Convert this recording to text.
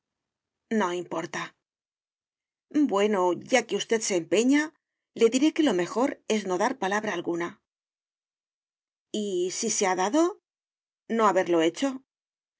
no importa bueno ya que usted se empeña le diré que lo mejor es no dar palabra alguna y si se ha dado no haberlo hecho